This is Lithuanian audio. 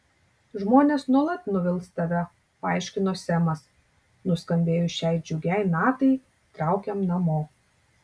žmonės nuolat nuvils tave paaiškino semas nuskambėjus šiai džiugiai natai traukiam namo